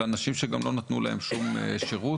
לאנשים שגם לא נתנו להם שום שירות.